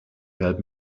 help